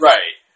Right